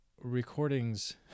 recordings